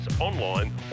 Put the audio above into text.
online